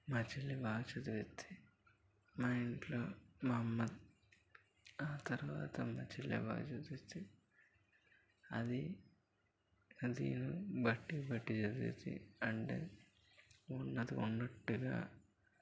మా చెల్లి బాగా చదువుతుంది మా ఇంట్లో మా అమ్మ ఆ తర్వాత మా చెల్లె బాగా చదువుతుంది అది అది బట్టి పట్టి చదువుతుంది అండ్ ఉన్నది ఉన్నట్టుగా